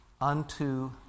unto